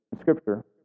Scripture